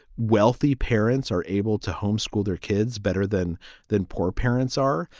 wealthy parents are able to homeschool their kids better than than poor parents are.